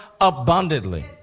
abundantly